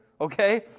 okay